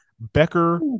Becker